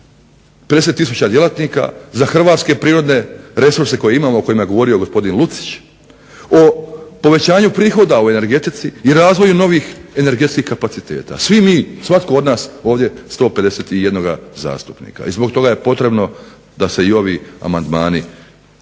tisuća djelatnika, za hrvatske prirodne resurse koje imamo o kojima je govorio gospodin Lucić, o povećanju prihoda u energetici i razvoju novih energetskih kapacitete, svi mi svatko od nas ovdje 151 zastupnika. I zbog toga je potrebno da se i ovi amandmani prihvate